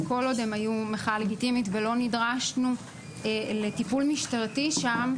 וכל עוד הן היו מחאה לגיטימית ולא נדרשנו לטיפול משטרתי שם,